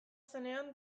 zenean